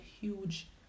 huge